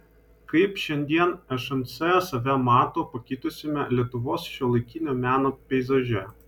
kaip šiandien šmc save mato pakitusiame lietuvos šiuolaikinio meno peizaže